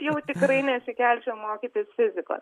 jau tikrai nesikelčiau mokytis fizikos